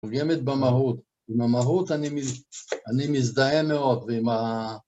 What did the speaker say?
פוגמת במהות. עם המהות אני מזדהה מאוד, ועם ה...